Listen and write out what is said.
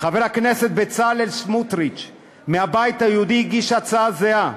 חבר הכנסת בצלאל סמוטריץ מהבית היהודי הגיש הצעה זהה,